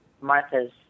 Martha's